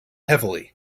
heavily